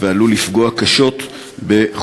חברי